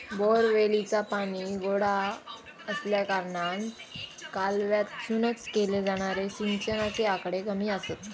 बोअरवेलीचा पाणी गोडा आसल्याकारणान कालव्यातसून केले जाणारे सिंचनाचे आकडे कमी आसत